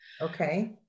okay